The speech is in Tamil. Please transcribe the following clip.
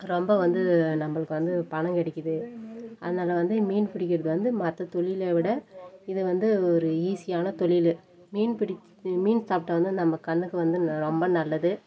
ரொம்ப வந்து நம்மளுக்கு வந்து பணம் கிடைக்கிது அதில் வந்து மீன் பிடிக்கிறது வந்து மற்ற தொழிலை விட இது வந்து ஒரு ஈஸியான தொழில் மீன் பிடி மீன் சாப்பிட்டா தான் நம்ம கண்ணுக்கு வந்து ரொம்ப நல்லது